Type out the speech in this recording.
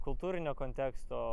kultūrinio konteksto